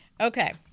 okay